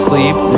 Sleep